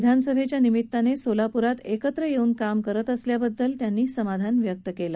विधानसभेच्या निमित्तानं सोलाप्रातून एकत्र येऊन काम करत असल्याबदधल शिंदे यांनी समाधान व्यक्त केलं